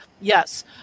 yes